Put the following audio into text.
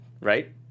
Right